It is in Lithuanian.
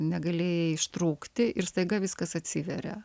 negalėjai ištrūkti ir staiga viskas atsiveria